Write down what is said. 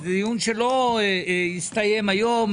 זה דיון שלא יסתיים היום.